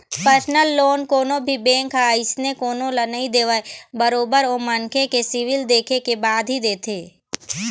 personal loan कोनो भी bank ह अइसने कोनो ल नइ देवय बरोबर ओ मनखे के सिविल देखे के बाद ही देथे